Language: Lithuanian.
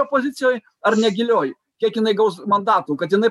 opozicijoj ar negilioj kiek jinai gaus mandatų kad jinai